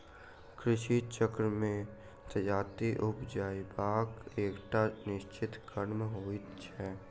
कृषि चक्र मे जजाति उपजयबाक एकटा निश्चित क्रम होइत छै